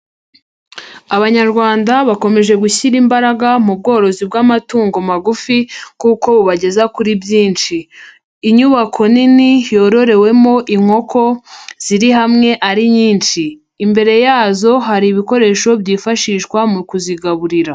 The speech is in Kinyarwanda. Abanyarwanda bakomeje gushyira imbaraga mu bworozi bw'amatungo magufi kuko bubageza kuri byinshi, inyubako nini yororewemo inkoko ziri hamwe ari nyinshi, imbere yazo hari ibikoresho byifashishwa mu kuzigaburira.